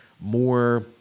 more